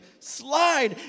Slide